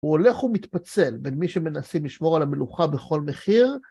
הוא הולך ומתפצל בין מי שמנסים לשמור על המלוכה בכל מחיר,